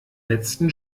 letzten